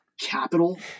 capital